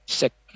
sick